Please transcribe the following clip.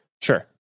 Sure